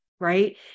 right